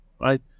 right